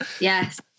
Yes